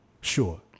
sure